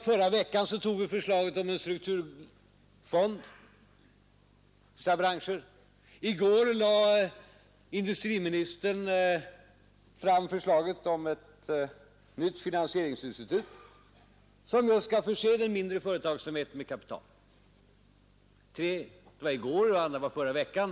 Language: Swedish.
Förra veckan tog vi förslaget om en strukturfond för vissa branscher. I går lade industriministern fram förslaget om ett nytt finansieringsinstitut som just skall förse den mindre företagsamheten med kapital. Det var i går, det andra var i förra veckan.